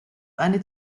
eine